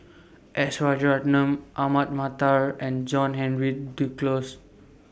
S Rajaratnam Ahmad Mattar and John Henry Duclos